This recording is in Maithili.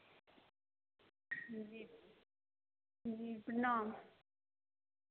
जी जी प्रणाम